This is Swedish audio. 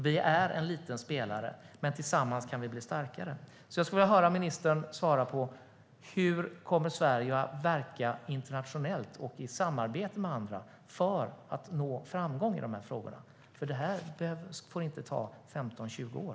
Vi är en liten spelare, men tillsammans kan vi bli starkare. Jag skulle vilja höra ministern svara på: Hur kommer Sverige att verka internationellt och i samarbete med andra för att nå framgång i de här frågorna, för det får inte ta 15-20 år?